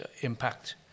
impact